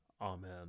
Amen